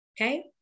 okay